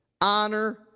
honor